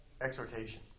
exhortation